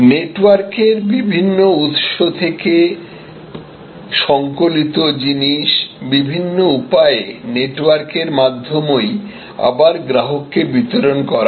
নেটওয়ার্কের বিভিন্ন উত্স থেকে সংকলিত জিনিস বিভিন্ন উপায়ে নেটওয়ার্কের মাধ্যমেই আবার গ্রাহককে বিতরণ করা হয়